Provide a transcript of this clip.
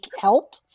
help